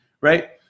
right